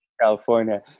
California